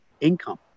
income